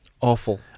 Awful